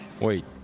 wait